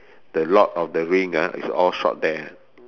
the lord of the rings ah is all shot there